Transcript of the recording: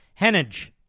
Hennage